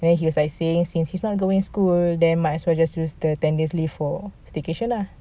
then he was like saying since he's not going to school then might as well use that ten days leave for staycation lah